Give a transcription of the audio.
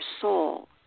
soul